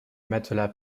matelas